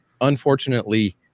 Unfortunately